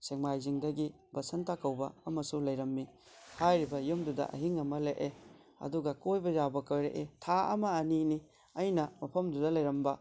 ꯁꯦꯛꯃꯥꯏꯖꯤꯡꯗꯒꯤ ꯕꯁꯟꯇ ꯀꯧꯕ ꯑꯃꯁꯨ ꯂꯩꯔꯝꯃꯤ ꯍꯥꯏꯔꯤꯕ ꯌꯨꯝꯗꯨꯗ ꯑꯍꯤꯡ ꯑꯃ ꯂꯦꯛꯑꯦ ꯑꯗꯨꯒ ꯀꯣꯏꯕ ꯌꯥꯕ ꯀꯣꯏꯔꯛꯏ ꯊꯥ ꯑꯃ ꯑꯅꯤꯅꯤ ꯑꯩꯅ ꯃꯐꯝꯗꯨꯗ ꯂꯩꯔꯝꯕ